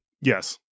Yes